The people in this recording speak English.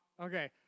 Okay